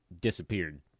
disappeared